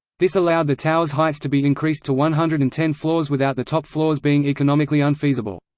this allowed the towers' heights to be increased to one hundred and ten floors without the top floors being economically unfeasible.